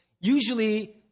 usually